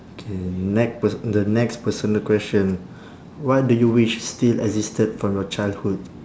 K next pers~ the next personal question what do you wish still existed from your childhood